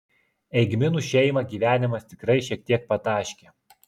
eigminų šeimą gyvenimas tikrai šiek tiek pataškė